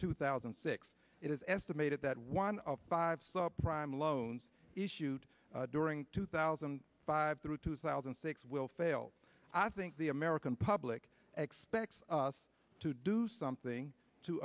two thousand and six it is estimated that one of five sub prime loans issued during two thousand and five through two thousand and six will fail i think the american public expects us to do something to